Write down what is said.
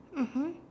mmhmm